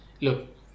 look